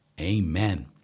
Amen